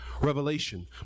revelation